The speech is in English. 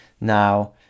now